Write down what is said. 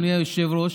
אדוני היושב-ראש,